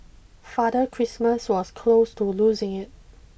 Father Christmas was close to losing it